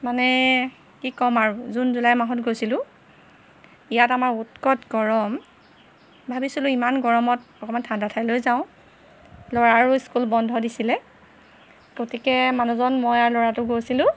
মানে কি ক'ম আৰু জুন জুলাই মাহত গৈছিলোঁ ইয়াত আমাৰ উৎকট গৰম ভাবিছিলোঁ ইমান গৰমত অকমান ঠাণ্ডা ঠাইলৈ যাওঁ ল'ৰাৰো স্কুল বন্ধ দিছিলে গতিকে মানুহজন মই আৰু ল'ৰাটো গৈছিলোঁ